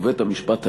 ובית-המשפט העליון,